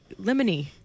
lemony